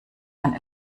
man